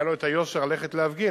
היה לו היושר ללכת להפגין.